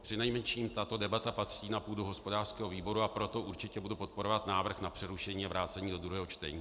Přinejmenším tato debata patří na půdu hospodářského výboru, a proto určitě budu podporovat návrh na přerušení a vrácení do druhého čtení.